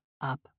up